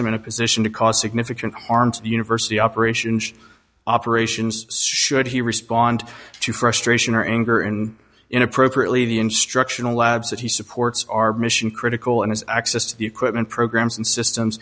him in a position to cause significant harm to the university operations operations should he respond to frustration or anger and in appropriately the instructional labs that he supports our mission critical and his access to the equipment programs and systems